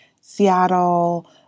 Seattle